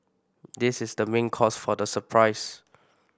this is the main cause for the surprise